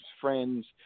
friends